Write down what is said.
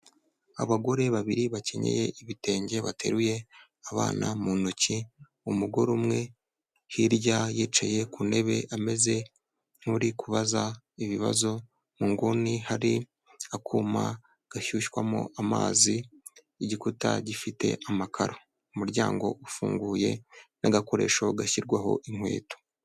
Abagore babiri bakenyeye ibitenge bateruye abana mu ntoki, umugore umwe hirya yicaye ku ntebe ameze nk'uri kubaza ibibazo, mu nguni hari akuma gashyushywamo amazi, igikuta gifite amakaro, umuryango ufunguye n'agakoresho gashyirwaho inkweto.